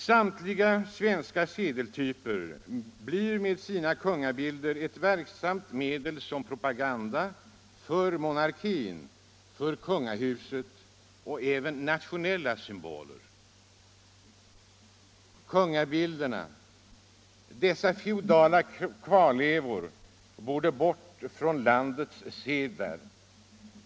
Samtliga svenska sedeltyper blir med sina kungabilder ett verksamt medel som propaganda för monarkin, för kungahuset, och därigenom blir de även nationella symboler. Kungabilderna — dessa feodala kvarlevor — borde bort från landets sedlar!